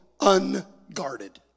unguarded